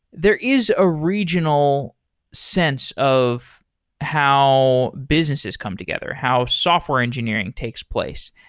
there is a regional sense of how businesses come together, how software engineering takes place.